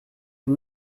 can